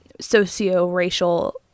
socio-racial